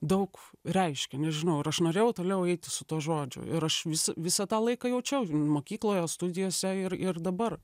daug reiškia nežinau ir aš norėjau toliau eiti su tuo žodžiu ir aš vis visą tą laiką jaučiau mokykloje studijose ir ir dabar